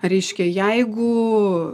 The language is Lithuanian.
reiškia jeigu